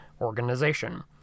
organization